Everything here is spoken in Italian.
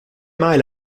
mai